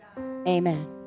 Amen